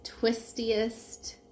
twistiest